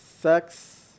Sex